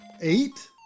eight